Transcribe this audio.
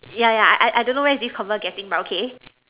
yeah yeah I I I don't know where's this convo getting but okay